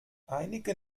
einige